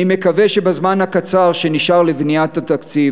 אני מקווה שבזמן הקצר שנשאר לבניית התקציב